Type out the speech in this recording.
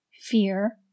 Fear